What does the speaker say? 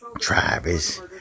Travis